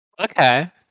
okay